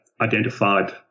identified